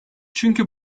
çünkü